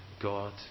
God